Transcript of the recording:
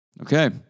Okay